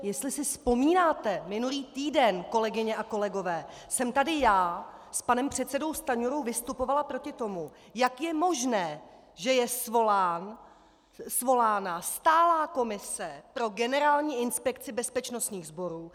Jestli si vzpomínáte, minulý týden, kolegyně a kolegové, jsem tady s panem předsedou Stanjurou vystupovala proti tomu, jak je možné, že je svolána stálá komise pro Generální inspekci bezpečnostních sborů.